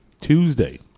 Tuesday